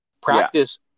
practice